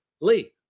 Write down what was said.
Lee